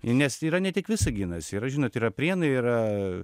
nes yra ne tik visaginas yra žinot yra prienai yra